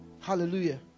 hallelujah